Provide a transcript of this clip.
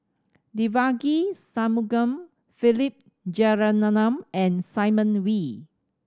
Devagi Sanmugam Philip Jeyaretnam and Simon Wee